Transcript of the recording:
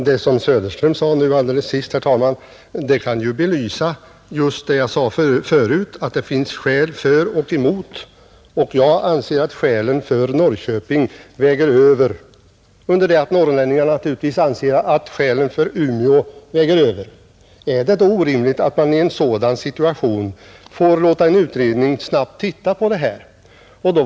Herr talman! Det som herr Söderström sade senast kan belysa just vad jag tidigare framhöll, nämligen att det finns skäl för och emot. Jag anser att skälen för Norrköping väger över, under det att norrlänningarna naturligtvis anser att skälen för Umeå väger över. Är det då orimligt att man i en sådan situation låter en utredning snabbt titta på dessa saker?